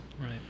Right